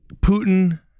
Putin